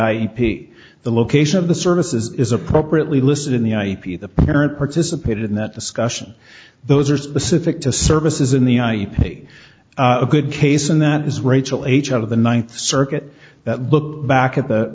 ip the location of the service is appropriately listed in the ip the parent participated in that discussion those are specific to services in the ip a good case and that is rachel h out of the th circuit that look back at the